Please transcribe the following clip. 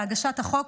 בהגשת החוק,